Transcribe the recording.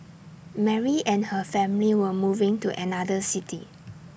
Mary and her family were moving to another city